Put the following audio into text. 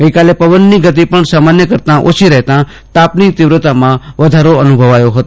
ગઈકાલે પવનની ગતિ પણ સામાન્ય કરતા ઓછી રહેતા તાપની તીવ્રતા માં વધારો અનુભવાયો ફતો